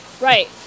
Right